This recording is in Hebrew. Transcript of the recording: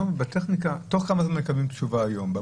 בטכניקה, תוך כמה זמן מקבלים תשובה היום?